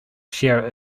share